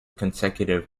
consecutive